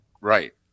right